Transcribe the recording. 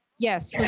yes. yeah